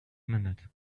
minute